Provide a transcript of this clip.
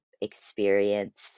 experience